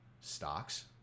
stocks